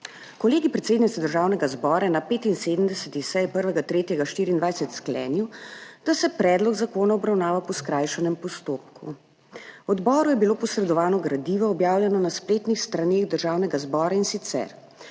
Kolegij predsednice Državnega zbora je na 75. seji 1. 3. 2024 sklenil, da se predlog zakona obravnava po skrajšanem postopku. Odboru je bilo posredovano gradivo, objavljeno na spletnih straneh Državnega zbora, in sicer: